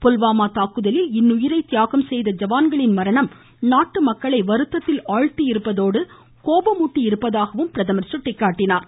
புல்வாமா தாக்குதலில் இன்னுயிரை தியாகம் செய்த ஜவான்களின் மரணம் நாட்டு மக்களை வருத்தத்தில் ஆழ்த்தியிருப்பதோடு கோபமூட்டியிருப்பதாகவும் பிரதமா் சுட்டிக்காட்டினார்